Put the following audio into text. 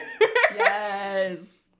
Yes